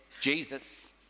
Jesus